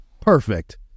Perfect